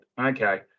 Okay